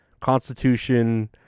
constitution